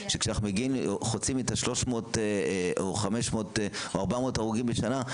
שכשאנחנו חוצים את ה-300 או 500 או 400 הרוגים בשנה,